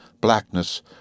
blackness